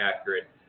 accurate